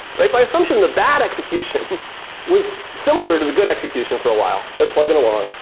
right? by assumption, the bad execution was similar to the good execution for a while. they're plugging along.